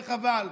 וחבל.